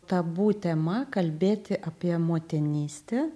tabu tema kalbėti apie motinystę